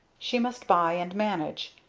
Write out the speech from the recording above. she must buy and manage.